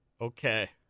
Okay